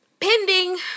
pending